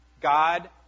God